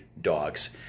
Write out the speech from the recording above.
dogs